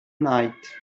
night